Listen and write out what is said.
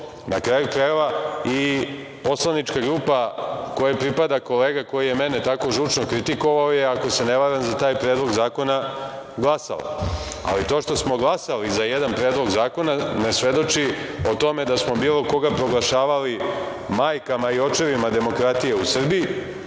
kraju krajeva, poslanička grupa kojoj pripada kolega koji je mene tako žučno kritikovao je, ako se ne varam, za taj predlog zakona glasao. To što smo glasali za jedan predlog zakona, ne svedoči o tome da smo bilo koga proglašavali majkama i očevima demokratije u Srbiji,